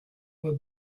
were